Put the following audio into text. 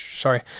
Sorry